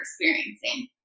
experiencing